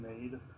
made